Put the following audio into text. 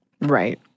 Right